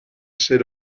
sit